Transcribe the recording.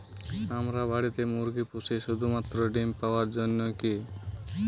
আমরা বাড়িতে মুরগি পুষি শুধু মাত্র ডিম পাওয়ার জন্যই কী?